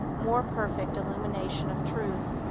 more perfect illumination of truth,